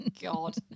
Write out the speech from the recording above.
god